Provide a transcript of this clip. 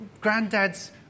granddad's